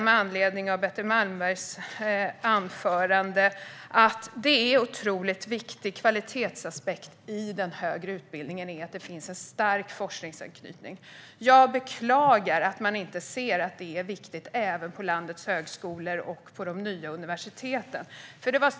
Med anledning av Betty Malmbergs anförande vill jag också säga att en otroligt viktig kvalitetsaspekt i den högre utbildningen är att det finns en stark forskningsanknytning. Jag beklagar att man inte ser att det är viktigt även på landets högskolor och på de nya universiteten.